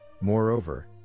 Moreover